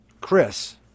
Chris